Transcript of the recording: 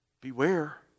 Beware